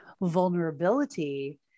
vulnerability